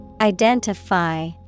Identify